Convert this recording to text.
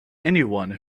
anyone